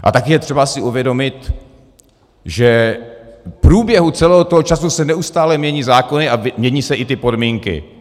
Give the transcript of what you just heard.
A také je třeba si uvědomit, že v průběhu celého toho času se neustále mění zákony a mění se i ty podmínky.